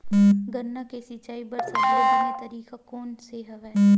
गन्ना के सिंचाई बर सबले बने तरीका कोन से हवय?